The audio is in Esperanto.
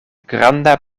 granda